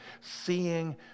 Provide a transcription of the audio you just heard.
seeing